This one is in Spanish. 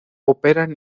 operan